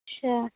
اچھا